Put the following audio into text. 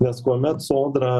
nes kuomet sodra